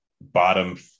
bottom